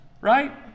right